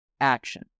action